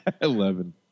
Eleven